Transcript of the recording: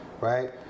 right